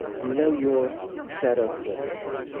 you know your set of things.